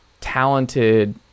talented